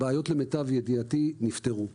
הבעיות, למיטב ידיעתי, נפתרו.